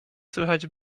słychać